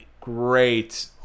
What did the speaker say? great